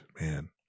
man